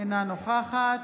אינה נוכחת